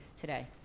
today